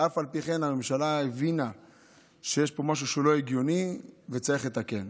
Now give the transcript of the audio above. ואף על פי כן הממשלה הבינה שיש פה משהו לא הגיוני וצריך לתקן.